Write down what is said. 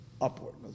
Upward